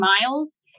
miles